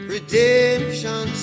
Redemption